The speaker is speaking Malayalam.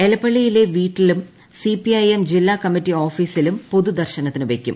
എലപ്പള്ളിയിലെ വീട്ടിലും സിപിഐ എം ജില്ലാ കമ്മിറ്റി ഓഫീസിലും പൊതു ദർശനത്തിന് വയ്ക്കും